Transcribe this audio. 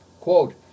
Quote